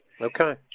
okay